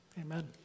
Amen